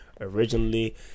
Originally